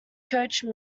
coached